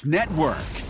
Network